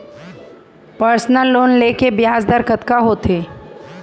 Personal loan ले के ब्याज दर कतका होथे?